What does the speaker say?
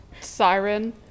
Siren